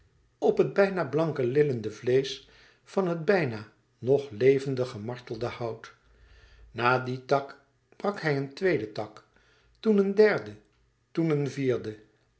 op het bijna blanke lillende vleesch van het bijna nog levende gemartelde hout na dien tak brak hij een tweeden tak toen een derde toen een vierde